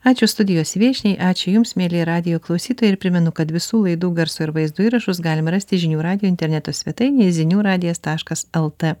ačiū studijos viešniai ačiū jums mieli radijo klausytojai ir primenu kad visų laidų garso ir vaizdo įrašus galima rasti žinių radijo interneto svetainėje ziniuradijas taškas lt